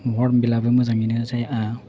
हर्न बेल आबो मोजाङैनो जाया